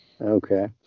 Okay